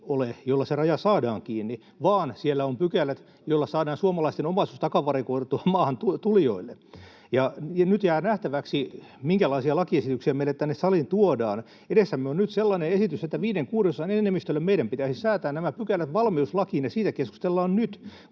joilla se raja saadaan kiinni, vaan siellä on pykälät, joilla saadaan suomalaisten omaisuus takavarikoitua maahantulijoille, ja nyt jää nähtäväksi, minkälaisia lakiesityksiä meille tänne saliin tuodaan. Edessämme on nyt sellainen esitys, että viiden kuudesosan enemmistöllä meidän pitäisi säätää nämä pykälät valmiuslakiin, ja siitä keskustellaan nyt.